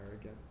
again